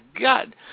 God